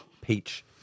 peach